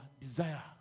desire